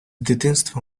дитинства